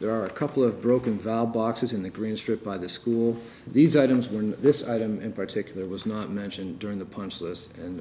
there are a couple of broken valve boxes in the green strip by the school these items were in this item in particular was not mentioned during the punchless and